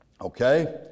Okay